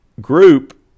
group